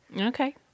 Okay